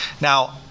Now